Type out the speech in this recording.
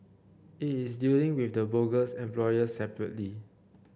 it is dealing with the bogus employers separately